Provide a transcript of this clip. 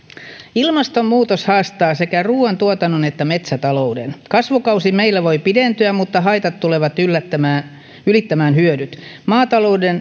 ilmastonmuutos haastaa sekä ruuantuotannon että metsätalouden kasvukausi meillä voi pidentyä mutta haitat tulevat ylittämään hyödyt